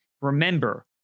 Remember